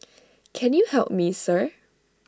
can you help me sir